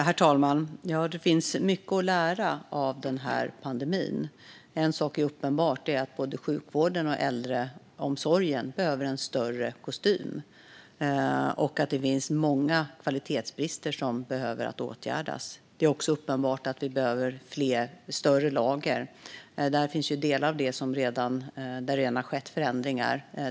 Herr talman! Det finns mycket att lära av pandemin. Uppenbart är att både sjukvården och äldreomsorgen behöver en större kostym och att många kvalitetsbrister behöver åtgärdas. Det är också uppenbart att vi behöver större lager, och här har det redan skett förändringar.